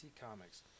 Comics